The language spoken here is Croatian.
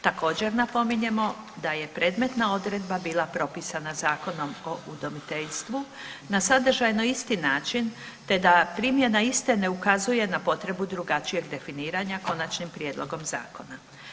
Također, napominjemo da je predmetna odredba bila propisana Zakonom o udomiteljstvu na sadržajno isti način te da primjena iste ne ukazuje na potrebu drugačijeg definiranja Konačnim prijedlogom zakona.